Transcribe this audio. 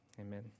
amen